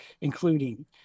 including